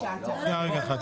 שנייה, רגע.